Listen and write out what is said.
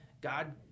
God